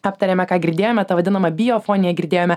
aptarėme ką girdėjome tą vadinamą biofone girdėjome